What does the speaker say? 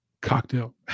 cocktail